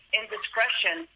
indiscretion